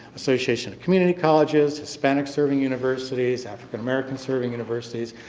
association of community colleges, hispanic-serving universities, african american-serving universities,